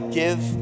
give